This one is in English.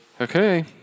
Okay